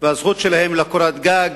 והזכות שלהם לקורת גג